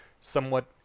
somewhat